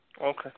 Okay